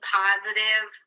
positive